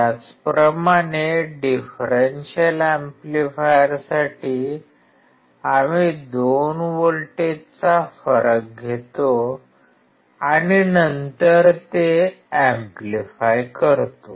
त्याचप्रमाणे डिफरेन्शियल एम्प्लीफायरसाठी आम्ही दोन व्होल्टेजचा फरक घेतो आणि नंतर ते एम्प्लीफाय करतो